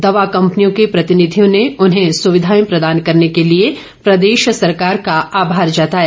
दवा कम्पनियों के प्रतिनिधियों ने उन्हें सुविधाए प्रदान करने के लिए प्रदेश सरकार का आभार जताया